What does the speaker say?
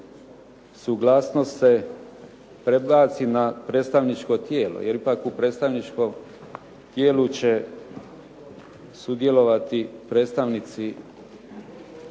suglasnost se prebaci na predstavničko tijelo. Jer ipak u predstavničkom tijelu će sudjelovati predstavnici